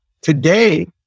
Today